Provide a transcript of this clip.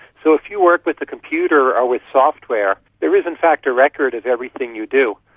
so if you work with a computer or with software there is in fact a record of everything you do.